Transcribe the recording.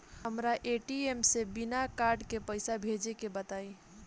हमरा ए.टी.एम से बिना कार्ड के पईसा भेजे के बताई?